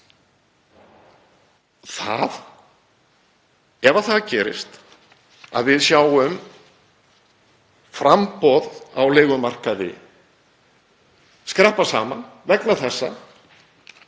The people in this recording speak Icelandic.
út. Ef það gerist að við sjáum framboð á leigumarkaði skreppa saman vegna þessa